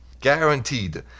Guaranteed